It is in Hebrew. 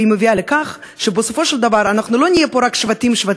והיא מביאה לכך שבסופו של דבר אנחנו לא נהיה פה רק שבטים-שבטים,